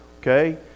okay